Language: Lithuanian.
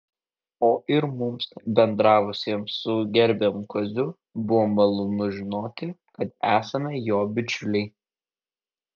o ir mums bendravusiems su gerbiamu kaziu buvo malonu žinoti kad esame jo bičiuliai